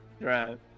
Right